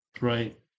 right